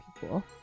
people